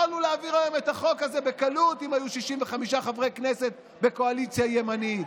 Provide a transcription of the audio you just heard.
יכולנו להעביר את החוק הזה בקלות אם היו 65 חברי כנסת בקואליציה ימנית.